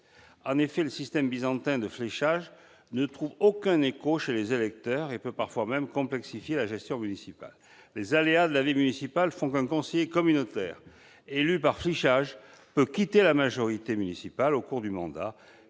En effet, le système byzantin de fléchage ne trouve aucun écho chez les électeurs et complexifie parfois même la gestion municipale. Les aléas de la vie municipale font qu'un conseiller communautaire, élu par fléchage, peut quitter la majorité municipale au cours du mandat